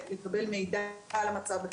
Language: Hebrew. לקבל מידע על המצב,